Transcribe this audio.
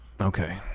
Okay